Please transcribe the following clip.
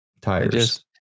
Tires